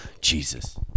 Jesus